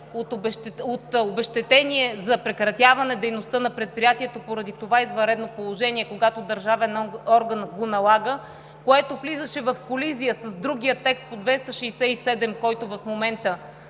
50% обезщетение за прекратяване дейността на предприятието поради това извънредно положение, когато държавен орган го налага, което влизаше в колизия с другия текст – в чл. 267, който в момента